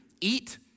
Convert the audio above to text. eat